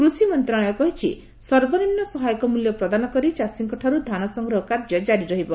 କୃଷି ମନ୍ତ୍ରଣାଳୟ କହିଛି ସର୍ବନିମ୍ନ ସହାୟକ ମୂଲ୍ୟ ପ୍ରଦାନ କରି ଚାଷୀଙ୍କଠାରୁ ଧାନସଂଗ୍ରହ କାର୍ଯ୍ୟ ଜାରି ରହିବ